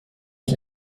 ich